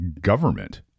government